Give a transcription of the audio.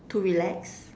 to relax